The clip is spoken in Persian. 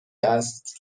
است